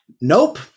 nope